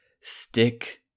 stick